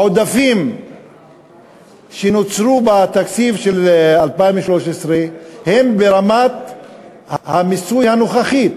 העודפים שנוצרו בתקציב של 2013 הם ברמת המיסוי הנוכחית.